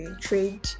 trade